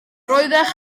roeddech